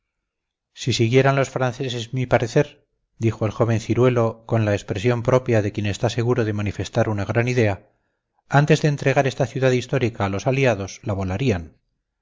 si siguieran los franceses mi parecer dijo el joven ciruelo con la expresión propia de quien está seguro de manifestar una gran idea antes de entregar esta ciudad histórica a los aliados